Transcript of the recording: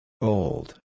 old